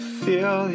feel